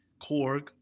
Korg